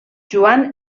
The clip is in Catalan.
joan